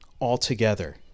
altogether